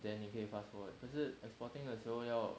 then 你可以 fast forward 可是 exporting 的时候要